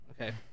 Okay